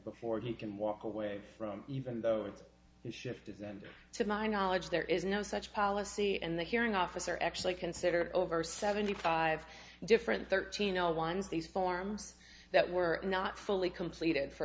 before he can walk away from even though it's shifted them to my knowledge there is no such policy and the hearing officer actually considered over seventy five different thirteen zero ones these forms that were not fully completed for